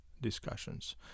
discussions